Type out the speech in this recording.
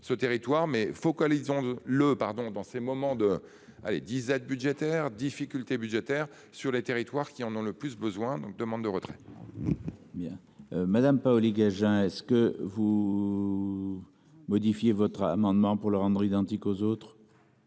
ah les disette budgétaire difficultés budgétaires sur les territoires qui en ont le plus besoin donc demande de retrait. Bien. Madame Paoli-Gagin est-ce que vous. Modifiez votre amendement pour le rendre identiques aux autres.